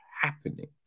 happening